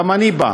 גם אני בא.